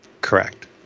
Correct